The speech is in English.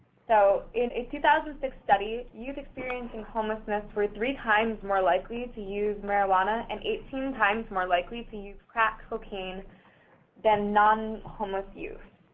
so in a two thousand and six study, youth experiencing homelessness were three times more likely to use marijuana and eighteen times more likely to use crack cocaine than non-homeless youth.